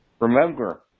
Remember